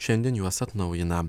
šiandien juos atnaujina